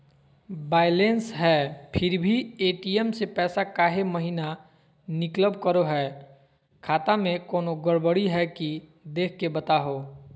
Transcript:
Balance है फिर भी भी ए.टी.एम से पैसा काहे महिना निकलब करो है, खाता में कोनो गड़बड़ी है की देख के बताहों?